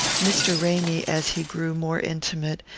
mr. ramy, as he grew more intimate,